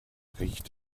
riecht